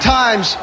times